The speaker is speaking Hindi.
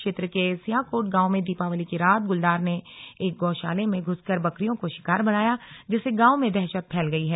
क्षेत्र के स्यांकोट गांव में दीपावली की रात गुलदार ने एक गौशाले में घुसकर बकरियों को शिकार बनाया जिससे गांव में दहशत फैल गई है